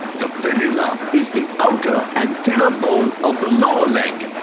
the fibula is the outer and thinner bone of the lower leg.